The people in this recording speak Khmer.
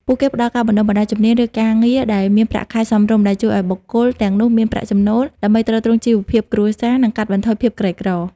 ពួកគេផ្តល់ការបណ្តុះបណ្តាលជំនាញ និងការងារដែលមានប្រាក់ខែសមរម្យ ដែលជួយឲ្យបុគ្គលទាំងនោះមានប្រាក់ចំណូល ដើម្បីទ្រទ្រង់ជីវភាពគ្រួសារ និងកាត់បន្ថយភាពក្រីក្រ។